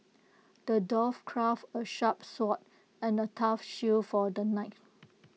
the dwarf crafted A sharp sword and A tough shield for the knight